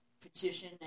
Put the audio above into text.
petition